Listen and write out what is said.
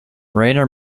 rayner